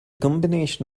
combination